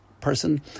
person